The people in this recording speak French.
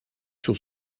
sur